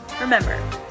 remember